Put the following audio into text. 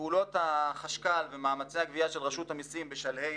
פעולות אגף החשב הכללי ומאמצי הגבייה של רשות המיסים בשלהי